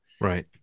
Right